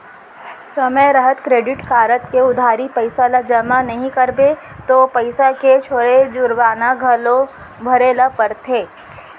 समे रहत credit card के उधारी पइसा ल जमा नइ करबे त ओ पइसा के छोड़े जुरबाना घलौ भरे ल परथे